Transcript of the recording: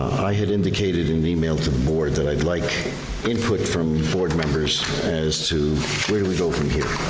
i had indicated in the email to the board that i'd like input from the board members as to where do we go from here?